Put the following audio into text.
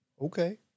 okay